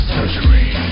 Surgery